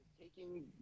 taking